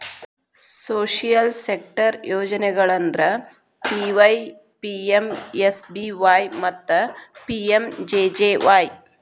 social sector ಯೋಜನೆಗಳಂದ್ರ PYPMSBY ಮತ್ತ PMJJY